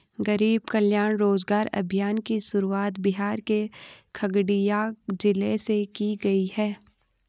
गरीब कल्याण रोजगार अभियान की शुरुआत बिहार के खगड़िया जिले से की गयी है